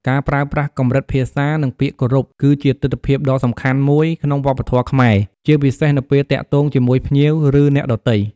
ការប្រើប្រាស់កម្រិតភាសា និងពាក្យគោរព គឺជាទិដ្ឋភាពដ៏សំខាន់មួយក្នុងវប្បធម៌ខ្មែរ ជាពិសេសនៅពេលទាក់ទងជាមួយភ្ញៀវ ឬអ្នកដទៃ។